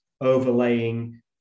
overlaying